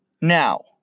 Now